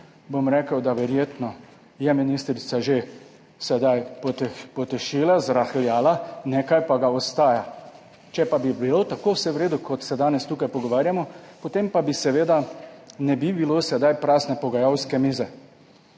bom rekel, da verjetno je ministrica že sedaj potešila, zrahljala, nekaj pa ga ostaja, če pa bi bilo tako vse v redu, kot se danes tukaj pogovarjamo, potem pa bi seveda ne bi bilo sedaj prazne pogajalske mize.